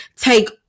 take